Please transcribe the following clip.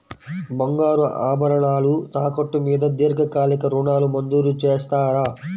బంగారు ఆభరణాలు తాకట్టు మీద దీర్ఘకాలిక ఋణాలు మంజూరు చేస్తారా?